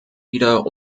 wieder